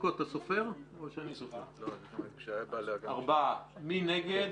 הצבעה בעד, 4 נגד,